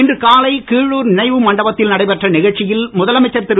இன்று காலை கீழூர் நினைவு மண்டபத்தில் நடைபெற்ற நிகழ்ச்சியில் முதலமைச்சர் திரு